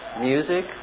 music